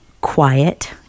quiet